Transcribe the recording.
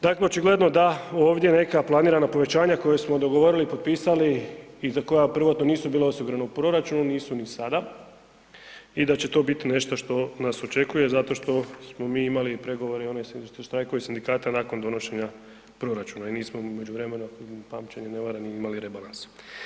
Dakle, očigledno da ovdje neka planiranja povećanja koja smo dogovorili, potpisali i za koja prvotno nisu bila osigurana u proračunu, nisu ni sada i da će to biti nešto što nas očekuje zato što smo mi imali pregovore i one štrajkove sindikata nakon donošenja proračuna i nismo u međuvremenu ako me pamćenje ne vara ni imali rebalans.